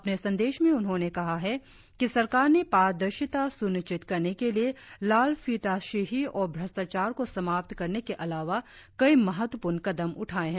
अपने संदेश में उन्होंने कहा है कि सरकार ने पारदर्शिता सुनिश्चित करने के लिए लालफीताशिही और भ्रष्टाचार को समाप्त करने के अलावा कई महत्वपूर्ण कदम उठाये है